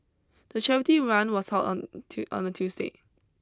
the charity run was held on on a Tuesday